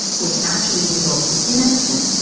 which actually results in inaction,